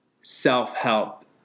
self-help